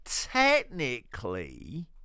technically